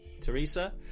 Teresa